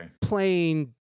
playing